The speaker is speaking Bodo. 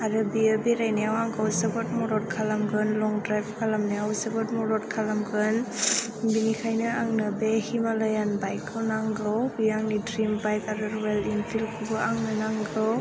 आरो बेयो बेरायनायाव आंखौ जोबोद मदद खालामगोन लं द्राइभ खालामनायाव जोबोद मदद खालामगोन बिनिखायनो आंनो बे हिमालयान बाइकखौ नांगौ बेयो आंनि द्रिम बाइक आरो रयेल एनफिलखौबो आंनो नांगौ